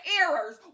errors